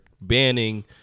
banning